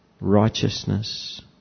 righteousness